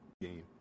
game